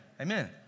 Amen